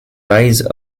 rise